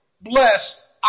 bless